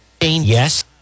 Yes